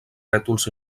rètols